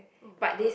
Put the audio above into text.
oh my god